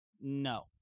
No